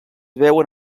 veuen